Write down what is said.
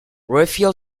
raphael